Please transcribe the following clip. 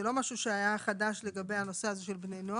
זה לא משהו שהיה חדש לגבי בני נוער,